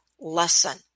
lesson